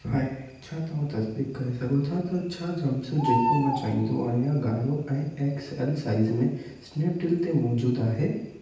हाय छा तव्हां तसदीकु करे सघो था त छा जंपसूट जेको मां चाहींदो आहियां ॻाढ़ो ऐं एक्स एल साइज़ में स्नैपडील ते मौजूदु आहे